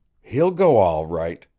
he'll go all right,